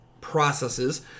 processes